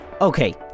Okay